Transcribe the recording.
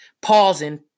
pausing